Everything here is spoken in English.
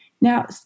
Now